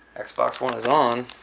xbox one is on.